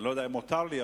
אני לא יודע אם מותר לי,